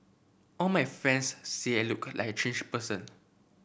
all my friends say I look like a changed person